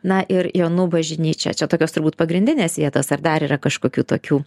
na ir jonų bažnyčia čia tokios turbūt pagrindinės vietos ar dar yra kažkokių tokių